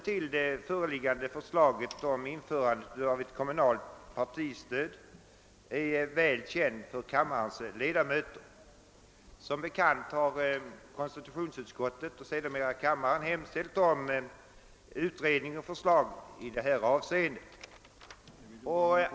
Bakgrunden till förslaget om införande av kommunalt partistöd är väl känd för kammarens ledamöter. Konstitutionsutskottet och kammaren har som bekant hemställt om utredning och förslag i frågan.